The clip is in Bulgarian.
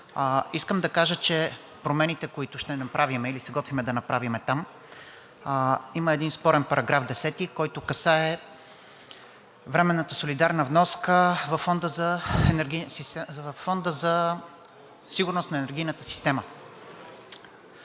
Искам да кажа, че в промените, които ще направим или се готвим да направим там, има един спорен § 10, който касае временната солидарна вноска във Фонда за сигурност на енергийната система.